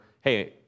hey